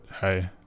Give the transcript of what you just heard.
hey